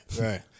right